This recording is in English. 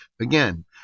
Again